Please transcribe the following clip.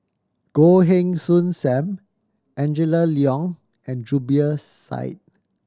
Goh Heng Soon Sam Angela Liong and Zubir Said